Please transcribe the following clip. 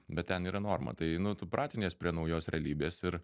bet ten yra norma tai nu tu pratinies prie naujos realybės ir